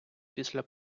після